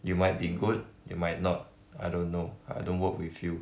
you might be good you might not I don't know I don't work with you